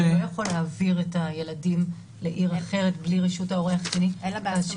אתה לא יכול להעביר את הילדים לעיר אחרת בלי רשות ההורה שהחליט להשאיר.